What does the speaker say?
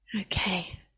Okay